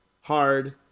hard